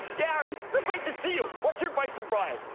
gary, so great to see you. what's your advice for brian